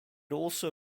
also